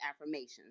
affirmations